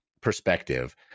perspective